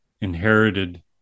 inherited